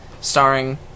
Starring